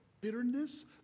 bitterness